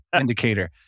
indicator